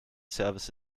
service